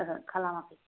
ओहो खालामाखै